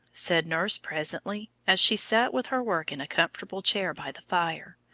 said nurse, presently, as she sat with her work in a comfortable chair by the fire.